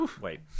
wait